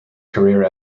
career